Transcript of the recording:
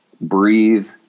breathe